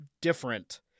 different